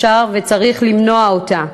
אפשר וצריך למנוע אותה.